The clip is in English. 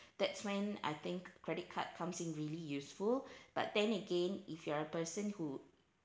that's when I think credit card comes in really useful but then again if you're a person who